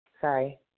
Sorry